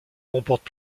comporte